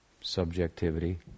subjectivity